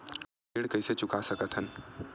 ऋण कइसे चुका सकत हन?